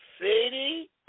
city